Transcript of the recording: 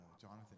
Jonathan